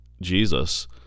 Jesus